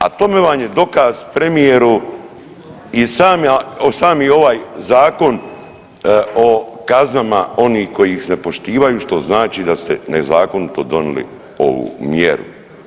A tome vam je dokaz premijeru i sama, sami ovaj zakon o kaznama onih koji ih ne poštivaju što znači da ste nezakonito donijeli ovu mjeru.